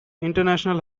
international